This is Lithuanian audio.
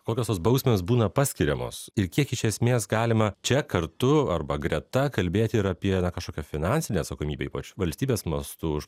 kokios tos bausmės būna paskiriamos ir kiek iš esmės galima čia kartu arba greta kalbėti ir apie na kažkokią finansinę atsakomybę ypač valstybės mastu už